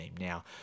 now